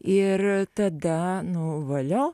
ir tada nu valio